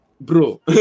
bro